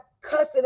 cussing